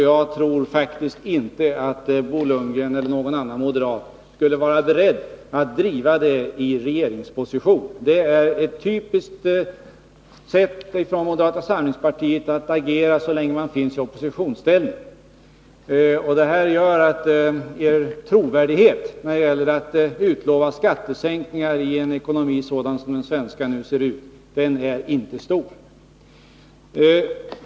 Jag tror faktiskt inte att Bo Lundgren eller någon annan moderat skulle vara beredd att driva en sådan politik i regeringsposition. Detta är ett typiskt sätt att agera så länge man finns i oppositionsställning, och det gör att er trovärdighet när ni utlovar skattesänkningar i en ekonomi sådan som den svenska nu ser ut inte är stor.